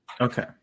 Okay